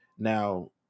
Now